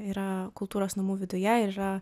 yra kultūros namų viduje ir yra